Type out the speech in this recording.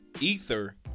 ether